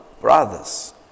brothers